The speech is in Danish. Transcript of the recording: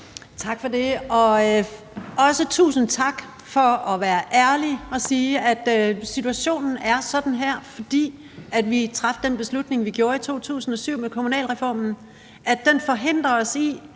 Tak for det. Og også tusind tak for at være ærlig og sige, at situationen er sådan her, fordi vi traf den beslutning, vi gjorde, i 2007 med kommunalreformen – at det var der, vi